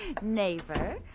Neighbor